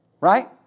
Right